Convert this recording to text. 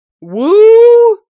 woo